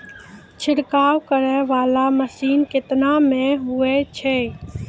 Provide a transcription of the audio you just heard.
छिड़काव करै वाला मसीन केतना मे होय छै?